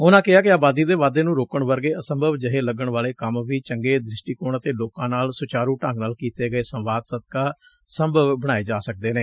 ਉਨਾਂ ਕਿਹਾ ਕਿ ਆਬਾਦੀ ਦੇ ਵਾਧੇ ਨੂੰ ਰੋਕਣ ਵਰਗੇ ਅਸੰਭਵ ਜਹੇ ਲਗਣ ਕੰਮ ਨੂੰ ਵੀ ਚੰਗੇ ਦ੍ਰਿਸ਼ੀਕੋਣ ਅਤੇ ਲੋਕਾਂ ਨਾਲ ਸੁਚਾਰੁ ਢੰਗ ਨਾਲ ਕੀਤੇ ਗਏ ਸੰਵਾਦ ਸਦਕਾ ਸੰਭਵ ਬਣਾਏ ਜਾ ਸਕਦੇ ਨੇ